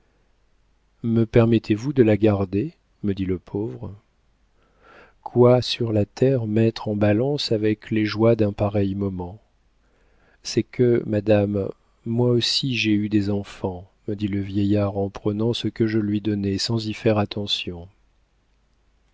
me permettez-vous de la garder me dit le pauvre quoi sur la terre mettre en balance avec les joies d'un pareil moment c'est que madame moi aussi j'ai eu des enfants me dit le vieillard en prenant ce que je lui donnais sans y faire attention